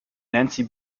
nancy